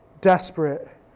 desperate